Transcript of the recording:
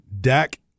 Dak